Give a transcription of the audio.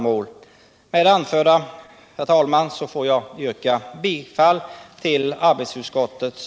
Med det anförda ber jag att få yrka bifall till utskottets